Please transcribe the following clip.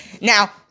Now